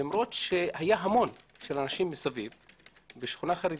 למרות שהמון אנשים מסביב היו שם, שכונה חרדית,